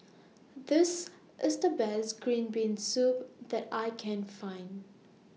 This IS The Best Green Bean Soup that I Can Find